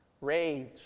rage